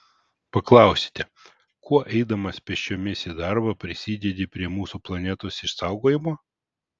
paklausite kuo eidamas pėsčiomis į darbą prisidedi prie mūsų planetos išsaugojimo